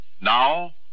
Now